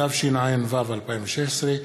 התשע"ו 2016,